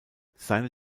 seine